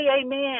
amen